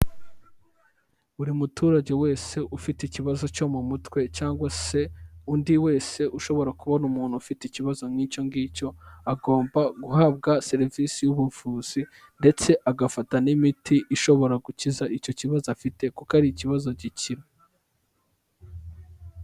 Buri muturage wese ufite ikibazo cyo mu mutwe cyangwa se undi wese ushobora kubona umuntu ufite ikibazo nk'icyo ngicyo agomba guhabwa serivisi y'ubuvuzi ndetse agafata n'imiti ishobora gukiza icyo kibazo afite kuko ari ikibazo gikira.